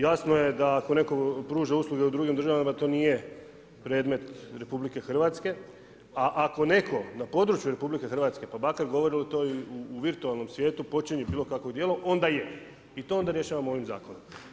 Jasno je da ako neko pruža usluge u drugim državama da to nije predmet RH, a ako neko na području RH pa makar govorili to i u virtualnom svijetu počini bilo kakvo djelo onda je i to onda rješavamo ovim zakonom.